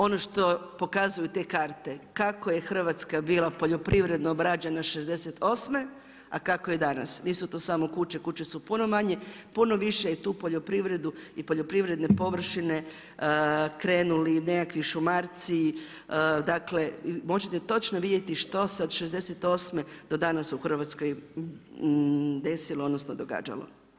Ono što pokazuju te karte kako je Hrvatska bila poljoprivredna '68., a kako je danas, nisu to samo kuće, kuće su puno manje, puno više je tu poljoprivredu i poljoprivredne površine krenuli nekakvi šumarci, dakle možete točno vidjet što se '68. do danas u Hrvatskoj desilo odnosno događalo.